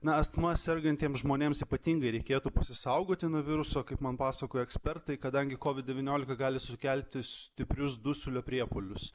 na astma sergantiems žmonėms ypatingai reikėtų pasisaugoti nuo viruso kaip man pasakojo ekspertai kadangi covid devyniolika gali sukelti stiprius dusulio priepuolius